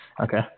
Okay